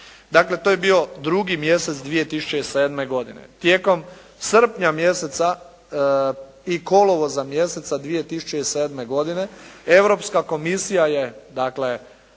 Dakle to je bio 2. mjesec 2007. godine. Tijekom srpnja mjeseca i kolovoza mjeseca 2007. godine, Europska komisija je, dakle